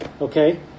Okay